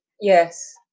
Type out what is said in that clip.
Yes